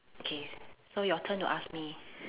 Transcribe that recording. okay so your turn to ask me